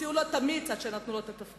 הוציאו לו את המיץ עד שנתנו לו את התפקיד.